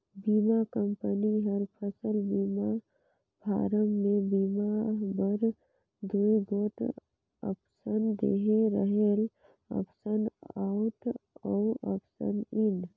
बीमा कंपनी हर फसल बीमा फारम में बीमा बर दूई गोट आप्सन देहे रहेल आप्सन आउट अउ आप्सन इन